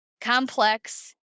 complex